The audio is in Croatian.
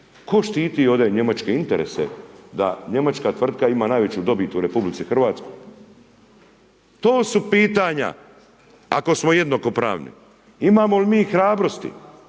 Tko štiti ovdje njemačke interese, da Njemačka tvrtka ima najveću dobit u Republici Hrvatskoj. To su pitanja, ako smo jednakopravni, imamo li mi hrabrosti